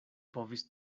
povis